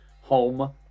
home